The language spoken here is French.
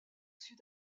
sud